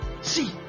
see